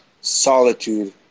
solitude